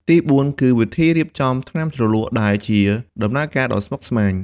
ទីបួនគឺ វិធីរៀបចំថ្នាំជ្រលក់ដែលជា ដំណើរការដ៏ស្មុគស្មាញ។